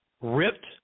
ripped